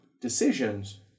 decisions